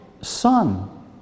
son